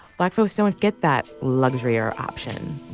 black folks don't get that luxury or option